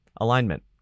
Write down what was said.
Alignment